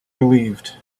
relieved